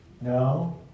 No